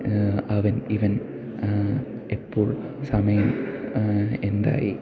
അവൻ ഇവൻ എപ്പോൾ സമയം എന്തായി